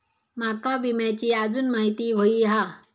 माका विम्याची आजून माहिती व्हयी हा?